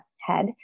head